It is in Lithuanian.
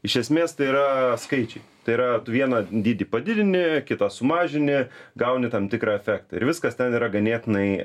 iš esmės tai yra skaičiai tai yra tu vieno dydį padidini kito sumažini gauni tam tikrą efektą ir viskas ten yra ganėtinai